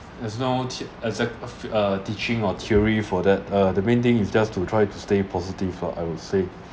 as long as uh teaching or theory for that uh the main thing is just to try to stay positive ah I would say